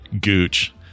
Gooch